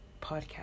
podcast